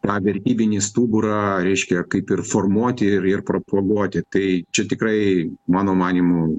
tą vertybinį stuburą reiškia kaip ir formuoti ir ir propaguoti tai čia tikrai mano manymu